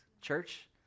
church